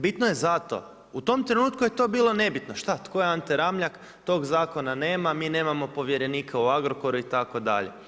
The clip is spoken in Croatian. Bitno je zato, u tom trenutku je to bilo nebitno, šta, tko je Ante Ramljak, tog zakona nema, mi nemamo povjerenika o Agrokoru itd.